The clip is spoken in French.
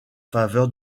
faveur